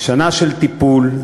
שנה של טיפול,